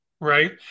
right